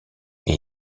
est